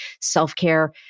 self-care